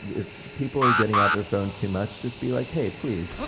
if people are getting out their phones too much just be like, hey, please,